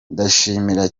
ndashimira